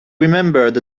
remembered